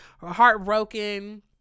heartbroken